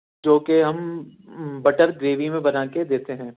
جو کہ ہم بٹر گریوی میں بنا کے دیتے ہیں